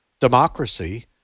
democracy